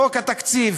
בחוק התקציב